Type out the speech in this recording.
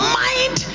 mind